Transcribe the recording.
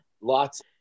lots